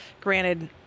granted